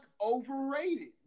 overrated